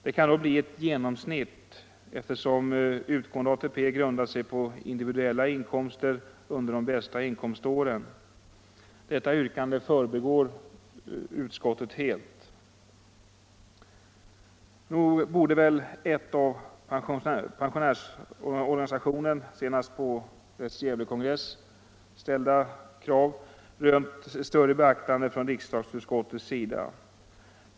Det kan då bli ett genomsnitt, eftersom utgående ATP grundar sig på individuella inkomster under de bästa inkomståren. Detta yrkande förbigår utskottet helt. Nog borde väl ett av pensionärsorganisationen — senast på dess Gävlekongress — rest krav röna större beaktande från riksdagsutskottets sida.